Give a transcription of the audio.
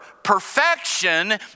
Perfection